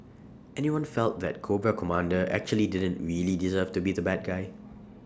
anyone felt that Cobra Commander actually didn't really deserve to be the bad guy